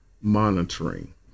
monitoring